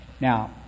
Now